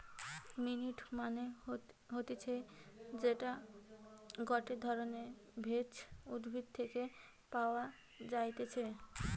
mint মানে হতিছে যেইটা গটে ধরণের ভেষজ উদ্ভিদ থেকে পাওয় যাই্তিছে